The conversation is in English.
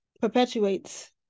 perpetuates